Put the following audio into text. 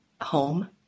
home